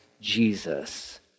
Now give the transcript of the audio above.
Jesus